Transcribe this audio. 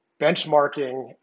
benchmarking